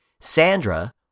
Sandra